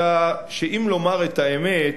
אלא שאם לומר את האמת,